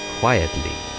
quietly